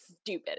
stupid